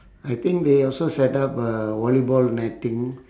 I think they also set up a volleyball netting